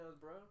bro